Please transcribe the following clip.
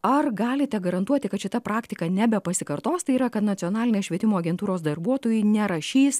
ar galite garantuoti kad šita praktika nebepasikartos tai yra kad nacionalinės švietimo agentūros darbuotojai nerašys